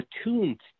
attuned